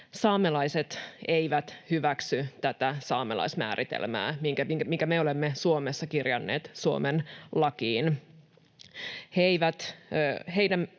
saamelaiset eivät hyväksy tätä saamelaismääritelmää, minkä me olemme Suomessa kirjanneet Suomen lakiin.